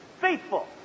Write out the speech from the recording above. Faithful